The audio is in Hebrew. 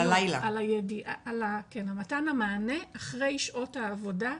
על מתן המענה אחרי שעות העבודה.